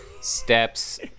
Steps